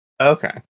Okay